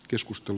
keskustan